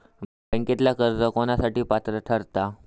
बँकेतला कर्ज कोणासाठी पात्र ठरता?